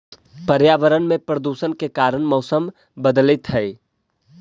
पर्यावरण में प्रदूषण के कारण मौसम बदलित हई